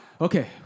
Okay